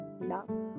love